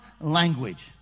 language